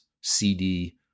CD